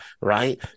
right